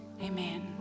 Amen